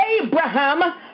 Abraham